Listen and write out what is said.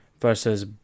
versus